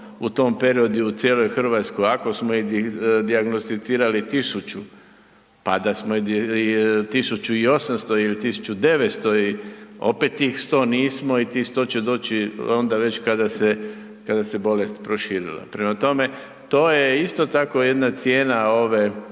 u tom periodu i u cijeloj Hrvatskoj, ako smo ih dijagnosticirali 1000, pa da smo 1800 ili 1900, opet ih 100 nismo i tih 100 će doći onda već kada se bolest proširila. Prema tome, to je isto tako jedna cijena ove